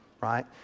right